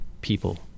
people